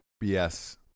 Yes